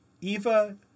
Eva